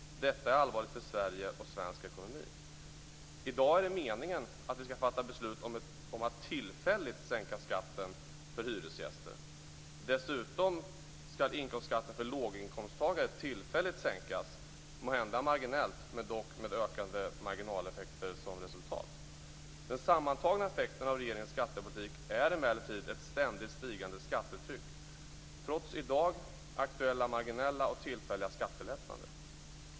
Detta är allvarligt för Sverige och svensk ekonomi. I dag är det meningen att vi skall fatta beslut om att tillfälligt sänka skatten för hyresgäster. Dessutom skall inkomstskatten för låginkomsttagare tillfälligt sänkas, måhända marginellt men dock med ökande marginaleffekter som resultat. Den sammantagna effekten av regeringens skattepolitik är emellertid ett ständigt stigande skattetryck, trots i dag aktuella marginella och tillfälliga skattelättnader.